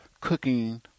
Cooking